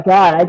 God